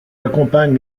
accompagne